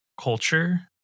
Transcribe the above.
culture